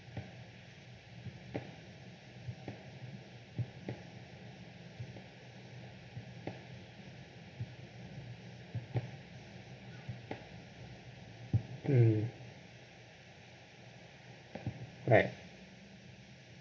mm right